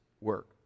work